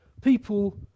people